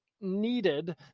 needed